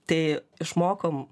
tai išmokom